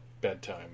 bedtime